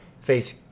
face